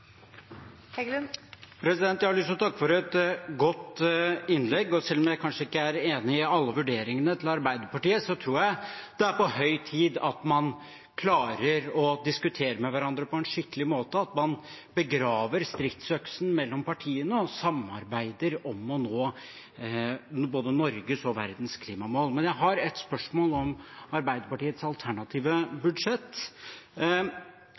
enig i alle vurderingene til Arbeiderpartiet, tror jeg det er på høy tid at man klarer å diskutere med hverandre på en skikkelig måte, at man begraver stridsøksen mellom partiene og samarbeider om å nå både Norges og verdens klimamål. Jeg har et spørsmål om Arbeiderpartiets alternative